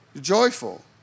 joyful